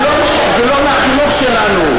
זה לא מהחינוך שלנו,